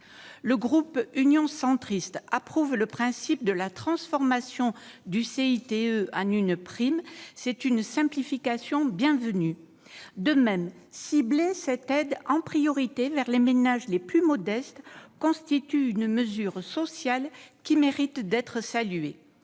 Le groupe Union Centriste approuve le principe de la transformation du CITE en une prime : c'est une simplification bienvenue. De même, cibler cette aide en priorité vers les ménages les plus modestes constitue une mesure sociale qui mérite d'être saluée.